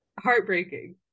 heartbreaking